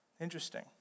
Interesting